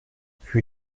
für